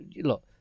look